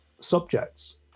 subjects